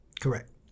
correct